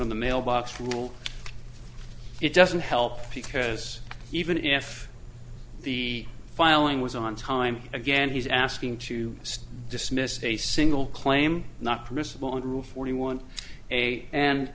on the mailbox rule it doesn't help because even if the filing was on time again he's asking to dismiss a single claim not permissible under rule forty